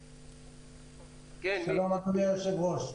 שלום אדוני היושב-ראש,